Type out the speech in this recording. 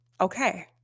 okay